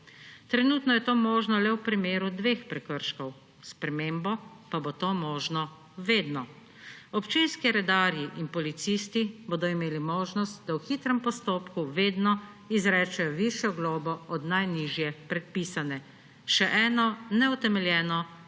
Trenutno je to možno le v primeru dveh prekrškov, s spremembo pa bo to možno vedno. Občinski redarji in policisti bodo imeli možnost, da v hitrem postopku vedno izrečejo višjo globo od najnižje predpisane. Še eno neutemeljeno povečevanje